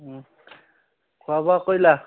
খোৱা বোৱা কৰিলা